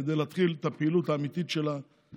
כדי להתחיל את הפעילות האמיתית של הוועדות,